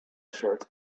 shirt